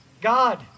God